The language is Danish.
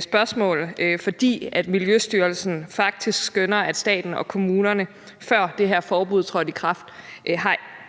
spørgsmål. For Miljøstyrelsen skønner faktisk, at staten og kommunerne, før det her forbud trådte i kraft,